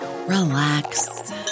Relax